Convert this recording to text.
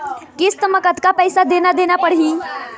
किस्त म कतका पैसा देना देना पड़ही?